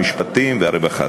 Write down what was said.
המשפטים והרווחה.